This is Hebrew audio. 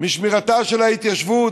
משמירתה של ההתיישבות,